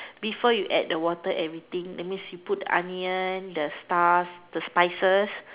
before you add the water everything that means you put the onions the stuff the spices